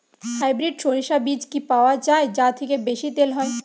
Hybrid শরিষা বীজ কি পাওয়া য়ায় যা থেকে বেশি তেল হয়?